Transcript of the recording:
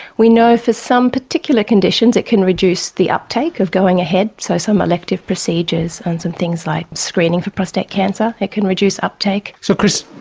we know for some particular conditions it can reduce the uptake of going ahead. so some elective procedures on some things like screening for prostate cancer, it can reduce uptake. so chris,